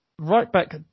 Right-back